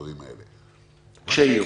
כשיהיו.